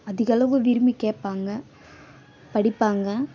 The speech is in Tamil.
அதிகளவு விரும்பிக் கேட்பாங்க படிப்பாங்க